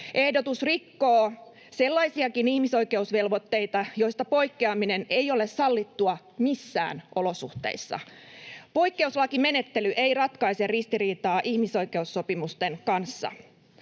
Ehdotus rikkoo sellaisiakin ihmisoikeusvelvoitteita, joista poikkeaminen ei ole sallittua missään olosuhteissa. Poikkeuslakimenettely ei ratkaise ristiriitaa ihmisoikeussopimusten kanssa.